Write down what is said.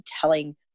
telling